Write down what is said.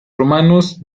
romanos